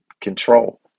control